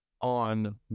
on